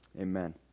amen